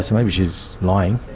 so maybe she's lying,